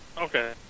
Okay